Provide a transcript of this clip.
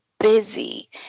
busy